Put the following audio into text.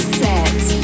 set